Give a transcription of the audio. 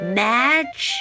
match